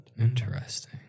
Interesting